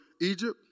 Egypt